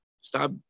Stop